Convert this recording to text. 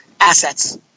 assets